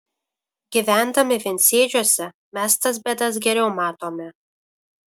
gyvendami viensėdžiuose mes tas bėdas geriau matome